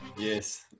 Yes